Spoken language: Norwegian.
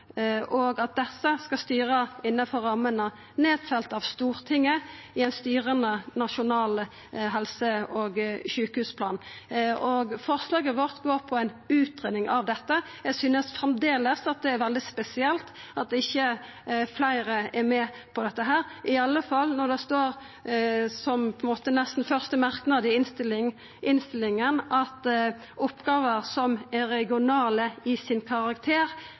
og at desse skal styra innanfor rammene nedfelte av Stortinget i ein styrande nasjonal helse- og sjukehusplan. Forslaget vårt går på ei utgreiing av dette. Eg synest framleis det er veldig spesielt at ikkje fleire er med på det, i alle fall når det står nesten som første merknad i innstillinga: «Oppgaver som er regionale i sin karakter,